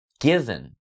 given